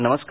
नमस्कार